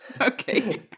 okay